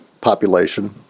population